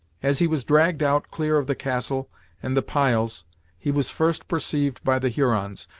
as he was dragged out clear of the castle and the piles he was first perceived by the hurons,